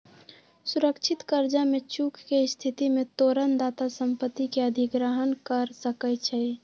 सुरक्षित करजा में चूक के स्थिति में तोरण दाता संपत्ति के अधिग्रहण कऽ सकै छइ